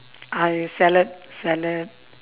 I salad salad